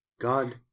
God